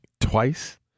twice